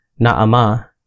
Naama